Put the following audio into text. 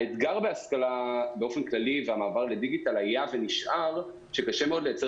האתגר בהשכלה באופן כללי והמעבר לדיגיטל היה ונשאר הקושי לייצר